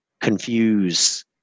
confuse